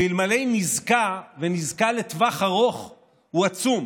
ואלמלא נזקה, ונזקה לטווח ארוך הוא עצום.